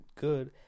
good